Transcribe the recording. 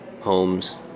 homes